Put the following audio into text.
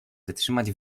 wytrzymać